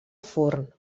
forn